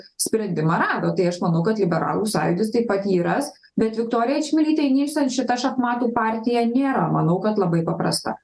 sprendimą rado tai aš manau kad liberalų sąjūdis taip pat jį ras bet viktorijai čmilytei nielsen šita šachmatų partija nėra manau kad labai paprasta